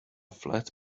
flat